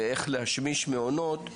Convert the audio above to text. ואיך להשמיש מעונות,